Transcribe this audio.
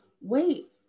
wait